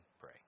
pray